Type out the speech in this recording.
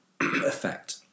effect